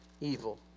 evil